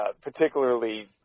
particularly